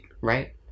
Right